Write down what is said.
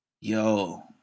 yo